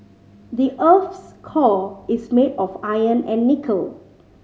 the earth's core is made of iron and nickel